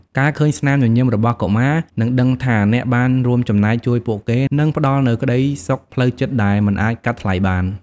ការឃើញស្នាមញញឹមរបស់កុមារ និងដឹងថាអ្នកបានរួមចំណែកជួយពួកគេ នឹងផ្ដល់នូវក្ដីសុខផ្លូវចិត្តដែលមិនអាចកាត់ថ្លៃបាន។